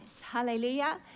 Hallelujah